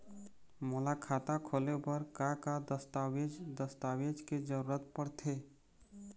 मोला खाता खोले बर का का दस्तावेज दस्तावेज के जरूरत पढ़ते?